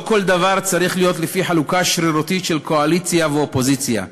לא כל דבר צריך להיות לפי חלוקה שרירותית של קואליציה ואופוזיציה.